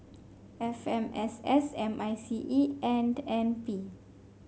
F M S S M I C E and N P